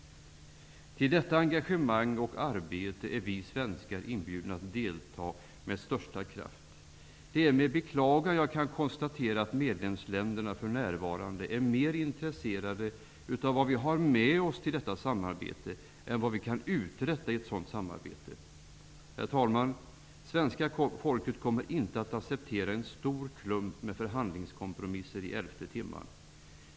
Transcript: Till detta engagemang och arbete är vi svenskar inbjudna att delta med största kraft. Det är med beklagan jag konstaterar att medlemsländerna för närvarande är mer intresserade av vad vi har med oss till detta samarbete än vad vi kan uträtta i ett sådant samarbete. Herr talman! Svenska folket kommer inte att acceptera en stor klump med förhandlingskompromisser i elfte timmen.